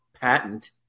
patent